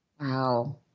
Wow